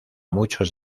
muchos